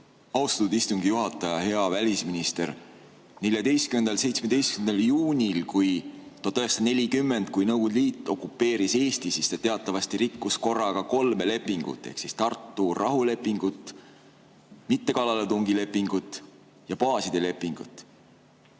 Austatud istungi juhataja! Hea välisminister! 14.–17. juunil 1940, kui Nõukogude Liit okupeeris Eesti, siis ta teatavasti rikkus korraga kolme lepingut ehk Tartu rahulepingut, mittekallaletungilepingut ja baaside lepingut.